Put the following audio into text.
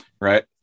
right